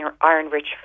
iron-rich